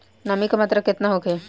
नमी के मात्रा केतना होखे?